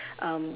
um